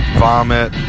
vomit